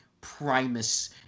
Primus